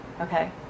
okay